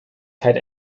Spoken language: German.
zeit